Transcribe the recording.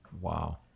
Wow